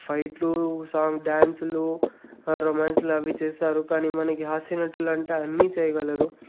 ఫైట్లు సాంగ్ డ్యాన్స్లు రొమాన్స్లు అవి చేస్తారు కాని మనకి హాస్యనటులు అంటే అన్ని చేయగలరు